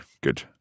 good